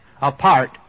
apart